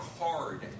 hard